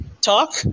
talk